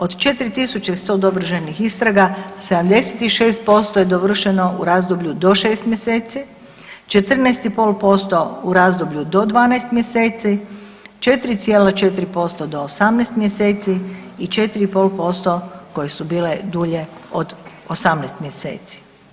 Od 4.100 dovršenih istraga 76% je dovršeno u razdoblju do 6 mjeseci, 14,5% u razdoblju do 12 mjeseci, 4,4% do 18 mjeseci i 4,5% koje su bile dulje od 18 mjeseci.